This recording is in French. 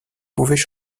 pouvaient